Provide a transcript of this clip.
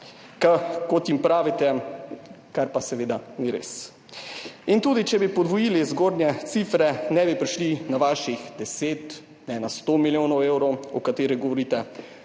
kot jim pravite, kar pa seveda ni res. In tudi če bi podvojili zgornje cifre, ne bi prišli na vaših 10 ne na 100 milijonov evrov, o katerih govorite.